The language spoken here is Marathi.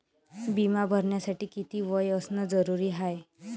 बिमा भरासाठी किती वय असनं जरुरीच हाय?